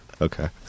Okay